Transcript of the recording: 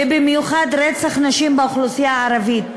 ובמיוחד רצח נשים באוכלוסייה הערבית,